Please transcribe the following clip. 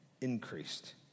increased